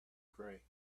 gray